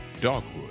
Dogwood